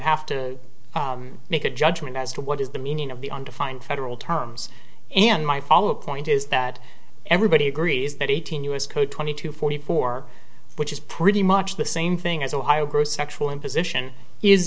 have to make a judgment as to what is the meaning of the undefined federal terms and my follow up point is that everybody agrees that eighteen us code twenty two forty four which is pretty much the same thing as ohio grew sexual imposition is